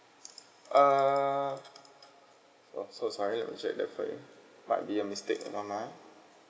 err so so sorry I'll check that for you might be a mistake hold on ah